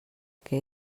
que